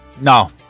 No